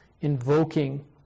invoking